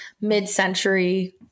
mid-century